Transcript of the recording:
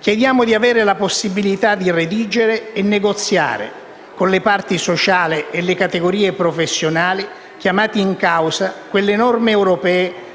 Chiediamo di avere la possibilità di redigere e negoziare, con le parti sociali e le categorie professionali chiamate in causa, quelle norme europee